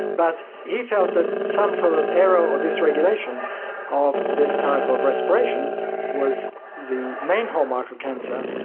but he felt that some sort of error or dysregulation of this type of respiration was the main hallmark of cancer,